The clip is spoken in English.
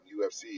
UFC